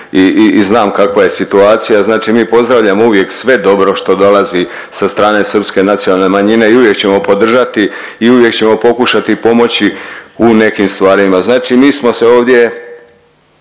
i znam kakva je situacija. Znači mi pozdravljamo uvijek sve dobro što dolazi sa strane srpske nacionalne manjine i uvijek ćemo podržati i uvijek ćemo pokušati pomoći u nekim stvarima. Znači mi smo se ovdje